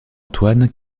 antoine